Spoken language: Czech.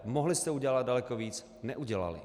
Mohli jste udělat daleko víc, neudělali.